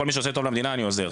לכל מי שעושה טוב למדינה אני עוזר.